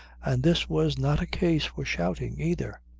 and this was not a case for shouting, either.